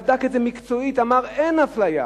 בדק את זה מקצועית ואמר: אין אפליה.